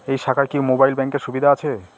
এই শাখায় কি মোবাইল ব্যাঙ্কের সুবিধা আছে?